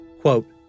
Quote